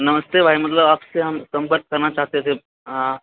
नमस्ते भाइ मतलब आपसे हम सम्पर्क करना चाहते थे आँ